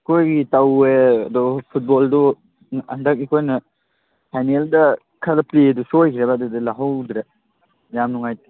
ꯑꯩꯈꯣꯏꯒꯤ ꯇꯧꯋꯦ ꯑꯗꯨ ꯐꯨꯠꯕꯣꯜꯗꯨ ꯍꯟꯗꯛ ꯑꯩꯈꯣꯏꯅ ꯐꯥꯏꯅꯦꯜꯗ ꯈꯔ ꯄ꯭ꯂꯦꯗꯨ ꯁꯣꯏꯈ꯭ꯔꯦꯕ ꯑꯗꯨꯗ ꯂꯧꯍꯧꯗ꯭ꯔꯦ ꯌꯥꯝ ꯅꯨꯡꯉꯥꯏꯇꯦ